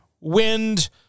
wind